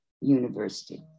University